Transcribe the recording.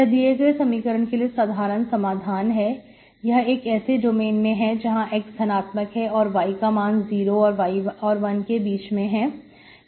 यह दिए गए समीकरण के लिए साधारण समाधान है यह एक ऐसे डोमेन में जहां x धनात्मक है और y का मान 0 और 1 के बीच में है